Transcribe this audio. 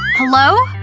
hello?